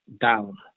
down